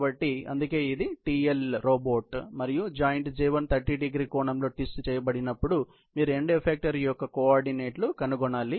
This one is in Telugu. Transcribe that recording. కాబట్టి అందుకే ఇది టిఎల్ రోబోట్ మరియు జాయింట్ J1 30º కోణంలో ట్విస్ట్ చేయబడినప్పుడు మీరు ఎండ్ ఎఫెక్టార్ యొక్క కోఆర్డినేట్లను కనుగొనాలి